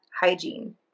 hygiene